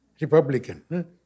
Republican